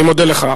אני מודה לך.